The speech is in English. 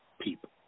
people